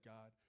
God